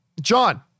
John